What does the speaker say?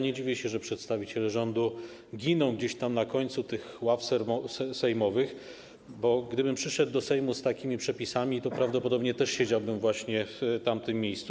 Nie dziwię się, że przedstawiciele rządu giną gdzieś tam na końcu ław sejmowych, bo gdybym przyszedł do Sejmu z takimi przepisami, to prawdopodobnie też siedziałbym właśnie w tamtym miejscu.